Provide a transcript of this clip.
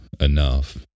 enough